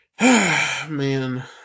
Man